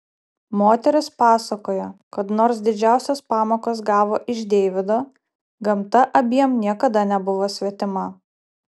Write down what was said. moteris pasakoja kad nors didžiausias pamokas gavo iš deivido gamta abiem niekada nebuvo svetima